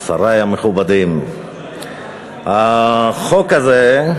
שרי המכובדים, החוק הזה,